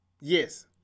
Yes